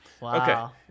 Wow